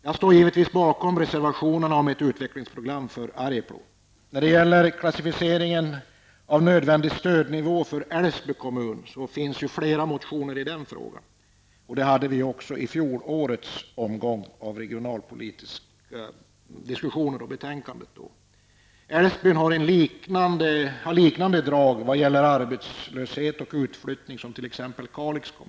Jag står givetvis bakom reservationen om ett utvecklingsprogram för Det finns flera motioner som berör klassificeringen av nödvändig stödnivå för Älvsby kommun. Så var även fallet i fjolårets betänkande om regionalpolitiska frågor. Älvsbyn har liknande drag när det gäller arbetslöshet och utflyttning som t.ex.